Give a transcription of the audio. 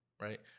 right